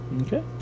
okay